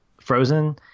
Frozen